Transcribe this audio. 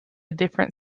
different